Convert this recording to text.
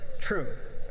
truth